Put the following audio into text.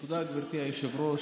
תודה, גברתי היושבת-ראש.